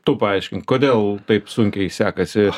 tu paaiškink kodėl taip sunkiai sekasi